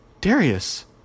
Darius